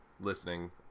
listening